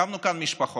הקמנו כאן משפחות,